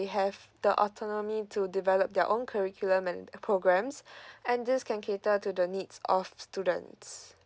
they have the autonomy to develop their own curriculum and programmes and these can cater to the needs of students